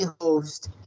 host